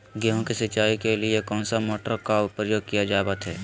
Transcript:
गेहूं के सिंचाई के लिए कौन सा मोटर का प्रयोग किया जावत है?